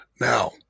Now